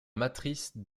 matrice